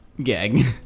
gag